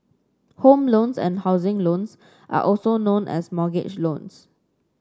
home loans and housing loans are also known as mortgage loans